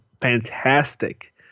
fantastic